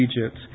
Egypt